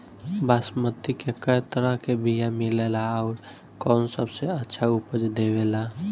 बासमती के कै तरह के बीया मिलेला आउर कौन सबसे अच्छा उपज देवेला?